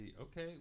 Okay